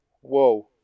whoa